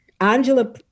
Angela